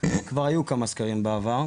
כבר היו כמה סקרים בעבר.